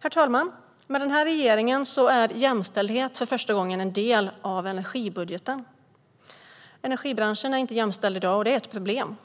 Herr talman! Med den här regeringen är jämställdhet för första gången en del i energibudgeten. Energibranschen är inte jämställd i dag, och det är ett problem.